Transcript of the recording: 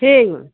ठीक बात